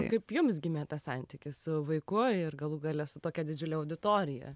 kaip jums gimė tas santykis su vaiku ir galų gale su tokia didžiule auditorija